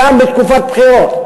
גם בתקופת בחירות,